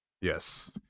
Yes